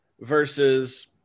versus